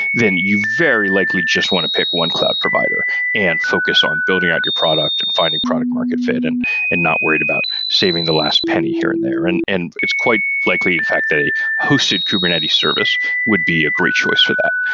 then you very likely just want to pick one cloud provider and focus on building out your product and finding product market fit and and not worried about saving the last penny here and there, and and it's quite likely in fact that a hosted kubernetes service would be a great choice for that.